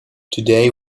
today